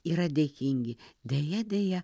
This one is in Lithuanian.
yra dėkingi deja deja